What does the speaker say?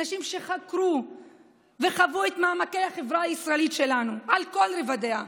אנשים שחקרו וחוו את מעמקי החברה הישראלית שלנו על כל רבדיה.